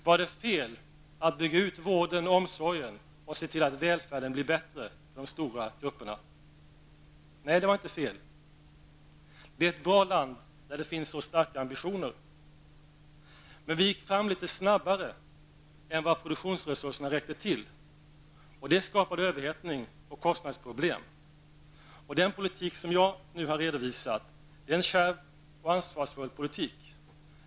Var det fel att bygga ut vården och omsorgen och se till att välfärden blev bättre för de stora grupperna? Nej, det var inte fel. Det är ett bra land där det finns så starka ambitioner. Men vi gick fram litet snabbare än vad produktionsresurserna räckte till, och det skapade överhettning och kostnadsproblem. Den politik som jag nu har redovisat är en kärv och ansvarsfull politik.